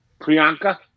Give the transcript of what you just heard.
Priyanka